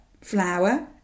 flour